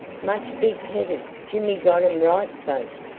much big heavy. jimmy got um right fas'.